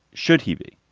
should he be?